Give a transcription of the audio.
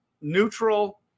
neutral